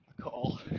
call